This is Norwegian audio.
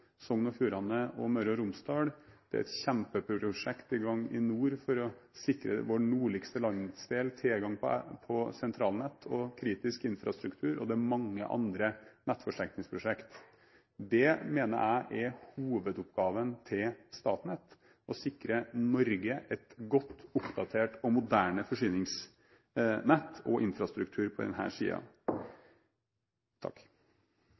Sogn og Fjordane og Møre og Romsdal. Det er et kjempeprosjekt i gang i nord for å sikre vår nordligste landsdel tilgang på sentralnett og kritisk infrastruktur, og det er mange andre nettforsterkningsprosjekt. Jeg mener det er hovedoppgaven til Statnett å sikre Norge et godt, oppdatert og moderne forsyningsnett og infrastruktur.